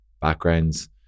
backgrounds